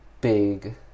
big